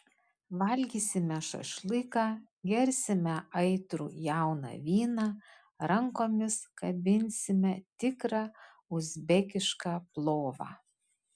valgysime šašlyką gersime aitrų jauną vyną rankomis kabinsime tikrą uzbekišką plovą